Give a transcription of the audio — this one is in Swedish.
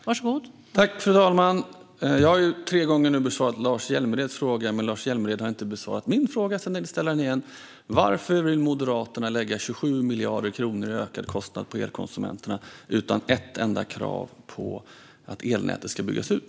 Fru talman! Jag har nu tre gånger besvarat Lars Hjälmereds fråga. Men Lars Hjälmered har inte besvarat min fråga, så jag ställer den igen: Varför vill Moderaterna lägga 27 miljarder kronor i ökad kostnad på elkonsumenterna utan ett enda krav på att elnätet ska byggas ut?